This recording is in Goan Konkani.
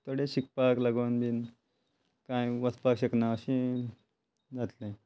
थोडे शिकपाक लागून बी कांय वचपाक शकना अशें जातलें